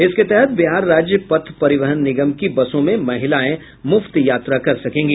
इसके तहत बिहार राज्य पथ परिवहन निगम की बसों में महिलाएं मुफ्त यात्रा कर सकेंगी